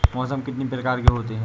मौसम कितनी प्रकार के होते हैं?